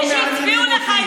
הם הצביעו לך.